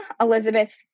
Elizabeth